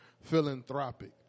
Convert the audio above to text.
philanthropic